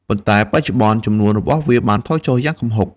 ប៉ុន្តែបច្ចុប្បន្ន ចំនួនរបស់វាបានថយចុះយ៉ាងគំហុក។